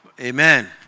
Amen